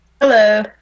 Hello